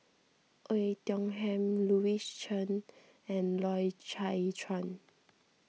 Oei Tiong Ham Louis Chen and Loy Chye Chuan